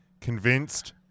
convinced